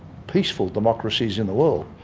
peaceful democracies in the world.